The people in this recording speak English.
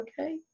okay